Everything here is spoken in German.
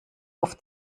oft